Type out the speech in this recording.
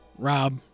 Rob